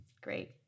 Great